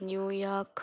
New York